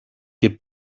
και